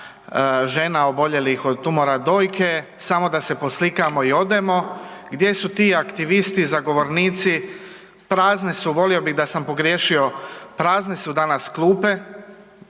žena oboljelih od tumora dojke samo da se poslikamo i odemo? Gdje su ti aktivisti zagovornici? Prazne su, volio bih da sam pogriješio, prazne su danas klupe,